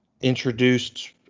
introduced